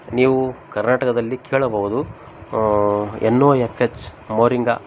ನೀವು ಕರ್ನಾಟಕದಲ್ಲಿ ಕೇಳಬಹುದು N O F H moringa